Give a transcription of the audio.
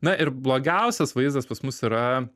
na ir blogiausias vaizdas pas mus yra